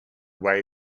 way